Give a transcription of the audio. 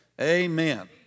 Amen